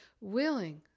willing